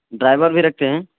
driver بھی رکھتے ہیں